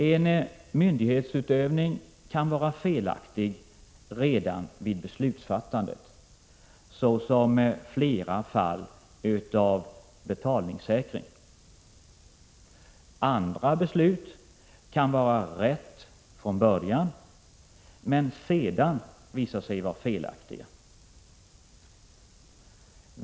En myndighetsutövning kan vara felaktig redan vid beslutsfattandet, såsom flera fall av betalningssäkring. Andra beslut kan vara riktiga från början, men sedan visa sig vara felaktiga.